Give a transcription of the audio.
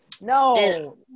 No